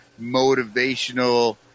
motivational